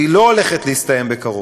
והיא לא הולכת להסתיים בקרוב,